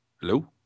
Hello